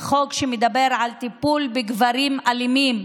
החוק שמדבר על טיפול בגברים אלימים.